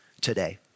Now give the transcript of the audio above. today